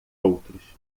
outros